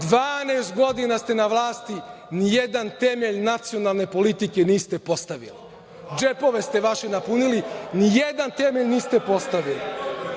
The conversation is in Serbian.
godina ste na vlasti, ni jedan temelj nacionalne politike niste postavili. Džepove ste vaše napunili, ni jedan temelj niste postavili. Zakon